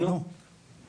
לשתף אותנו מיהם המעורבים